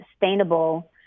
sustainable